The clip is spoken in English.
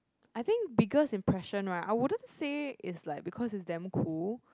I think biggest impression right I wouldn't say it's like because it's damn cool